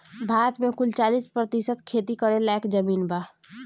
भारत मे कुल चालीस प्रतिशत खेती करे लायक जमीन बा